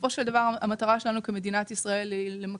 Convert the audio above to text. בסופו של דבר המטרה שלנו כמדינת ישראל היא למקסם,